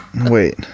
Wait